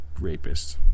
rapists